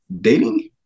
dating